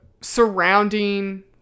surrounding